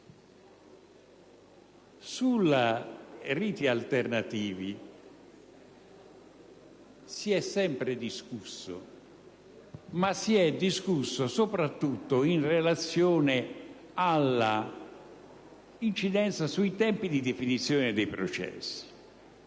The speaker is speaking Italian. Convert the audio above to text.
sui riti alternativi si è sempre discusso, ma lo si è fatto soprattutto in relazione all'incidenza sui tempi di definizione dei processi.